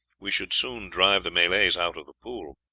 we should soon drive the malays out of the pool.